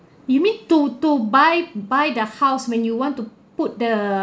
you need to to buy buy the house when you want to put the